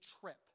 trip